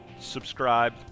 subscribe